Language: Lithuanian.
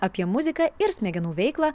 apie muziką ir smegenų veiklą